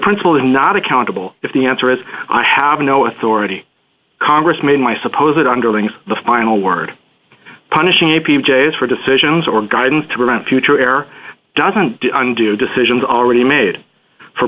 principle is not accountable if the answer is i have no authority congress made my suppose that underlings the final word punishing a pj's for decisions or guidance to prevent future air doesn't undo decisions already made for